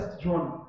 John